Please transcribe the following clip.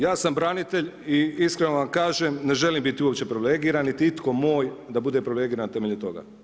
Ja sam branitelj i iskreno vam kažem, ne želim biti uopće privilegiran niti itko moj da bude privilegiran na temelju toga.